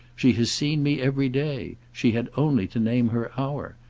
she has seen me every day she had only to name her hour.